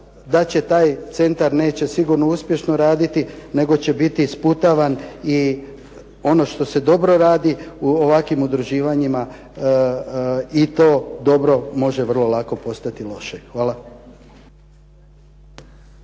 da će taj centar neće sigurno uspješno raditi nego će biti sputavan i ono što se dobro radi u ovakvim određivanjima i to dobro može vrlo lako postati loše. Hvala.